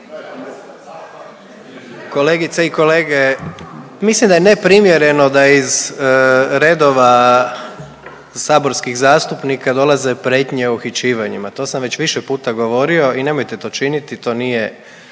Kolegice i kolege. Mislim da je neprimjereno da iz redova saborskih zastupnika dolaze prijetnje o uhićivanjima, to sam već više puta govorio i nemojte to činiti, to nije